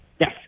Yes